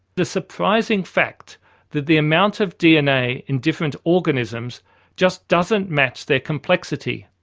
the surprising fact that the amount of dna in different organisms just doesn't match their complexity.